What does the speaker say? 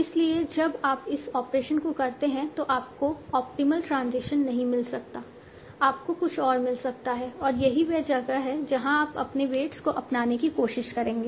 इसलिए जब आप इस ऑपरेशन को करते हैं तो आपको ऑप्टिमल ट्रांजिशन नहीं मिल सकता है आपको कुछ और मिल सकता है और यही वह जगह है जहाँ आप अपने वेट्स को अपनाने की कोशिश करेंगे